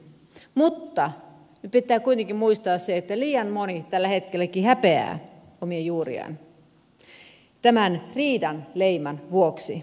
mutta nyt pitää kuitenkin muistaa se että liian moni tällä hetkelläkin häpeää omia juuriaan tämän riidan leiman vuoksi